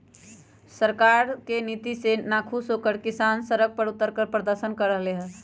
सरकार के नीति से नाखुश होकर किसान सड़क पर उतरकर प्रदर्शन कर रहले है